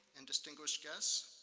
and distinguished guests,